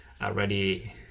Already